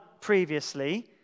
previously